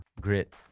grit